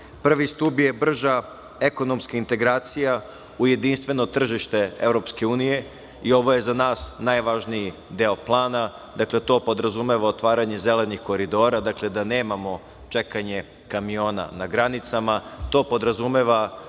Prvi stub je brža ekonomska integracija u jedinstveno tržište EU i ovo je za nas najvažniji deo plana. To podrazumeva otvaranje zelenih koridora, da nemamo čekanje kamiona na granicama. To podrazumeva